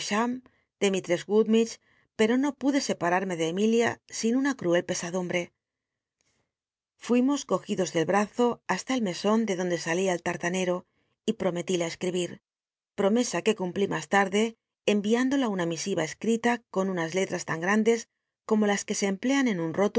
de mistress hum pero no pude separarme de emilia sin una cruel pesadumbre fuimos cogidos tlel ihazo ha tn r l meson de dontlc salia el l utaneto y ih'o ttwlila escribir promesa que cumplí más tarde enviándola una misiva escrita con unas letras tan gmncles como las que se emplean en un